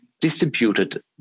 distributed